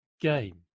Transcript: game